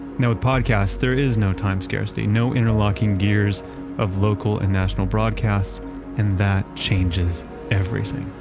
now with podcasts there is no time scarcity. no interlocking gears of local and national broadcasts and that changes everything.